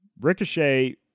Ricochet